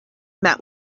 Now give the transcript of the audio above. met